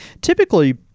Typically